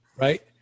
right